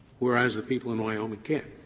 whereas the people in wyoming can't.